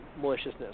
maliciousness